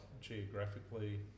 geographically